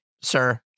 sir